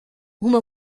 uma